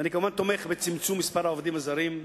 ואני כמובן תומך בצמצום מספר העובדים הזרים.